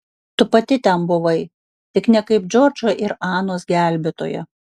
tu pati ten buvai tik ne kaip džordžo ir anos gelbėtoja